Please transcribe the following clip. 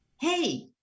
Hey